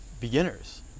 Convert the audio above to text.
beginners